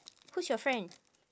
who's your friend